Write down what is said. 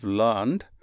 learned